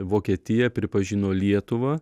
vokietija pripažino lietuvą